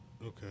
Okay